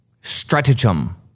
stratagem